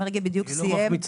מרגי ירד